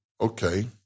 Okay